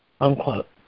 unquote